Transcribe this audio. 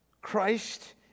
Christ